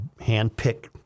handpick